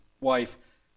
wife